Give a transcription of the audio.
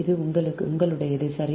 இது உங்களுடையது சரி